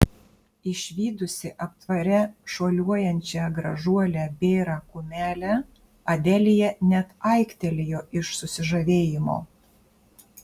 išvydusi aptvare šuoliuojančią gražuolę bėrą kumelę adelija net aiktelėjo iš susižavėjimo